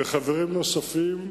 וחברים נוספים,